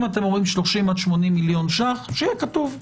אם אתם אומרים 30 עד 80 מיליון ₪- שיהיה כתוב.